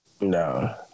No